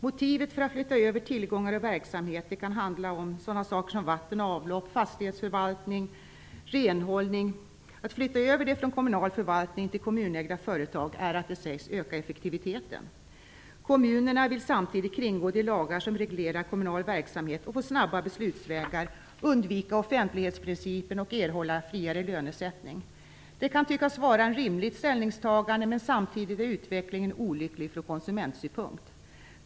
Motivet för att flytta över tillgångar och verksamhet - det kan handla om bl.a. vatten och avlopp, fastighetsförvaltning och renhållning - från kommunal förvaltning till kommunägda företag är att det sägs öka effektiviteten. Kommunerna vill samtidigt kringgå de lagar som reglerar kommunal verksamhet och få snabba beslutsvägar, undvika offentlighetsprincipen och erhålla friare lönesättning. Det kan tyckas vara ett rimligt ställningstagande, men samtidigt är utvecklingen olycklig från konsumentsynpunkt.